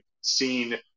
seen